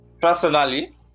Personally